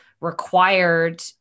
required